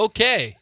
Okay